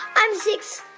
i'm six,